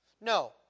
No